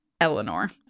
Eleanor